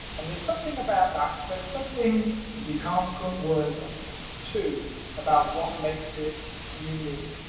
and there's something about that, there's something you can't put words to about what makes it unique,